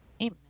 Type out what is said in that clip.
Amen